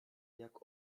jak